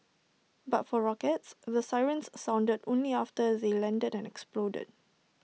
but for rockets the sirens sounded only after they landed and exploded